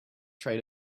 try